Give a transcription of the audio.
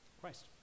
Christ